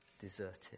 deserted